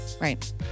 Right